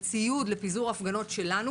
ועם ציוד לפיזור הפגנות שלנו.